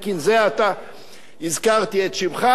זה עתה הזכרתי את שמך.